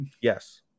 Yes